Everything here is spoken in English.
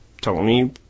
Tony